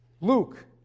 Luke